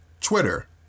Twitter